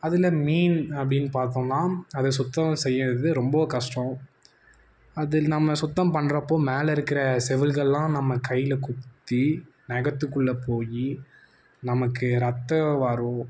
அதில் மீன் அப்டின்னு பார்த்தோம்னா அதை சுத்தம் செய்யறது ரொம்ப கஷ்டம் அது நம்ம சுத்தம் பண்ணுறப்போ மேலே இருக்கிற செவுல்களெலாம் நம்ம கையில் குத்தி நகத்துக்குள்ளே போய் நமக்கு இரத்தம் வரும்